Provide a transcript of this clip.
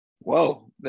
Whoa